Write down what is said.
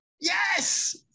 yes